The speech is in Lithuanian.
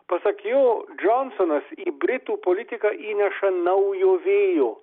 pasak jo džonsonas į britų politiką įneša naujo vėjo